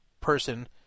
person